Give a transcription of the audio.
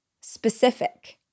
specific